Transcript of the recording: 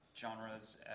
genres